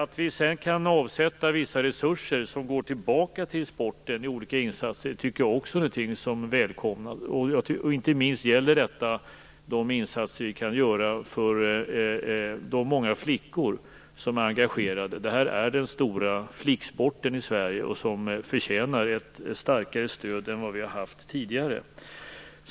Att vi sedan kan avsätta vissa resurser som går tillbaka till sporten i olika insatser är också någonting som är välkommet. Inte minst gäller detta de insatser vi kan göra för de många flickor som är engagerade. Det här är den stora flicksporten i Sverige, som förtjänar ett starkare stöd än den haft tidigare.